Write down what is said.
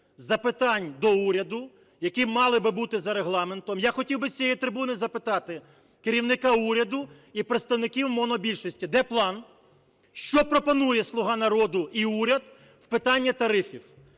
запитань до уряду, які мали бути за Регламентом, я хотів би з цієї трибуни запитати керівника уряду і представників монобільшості, де план, що пропонує "Слуга народу" і уряд в питанні тарифів?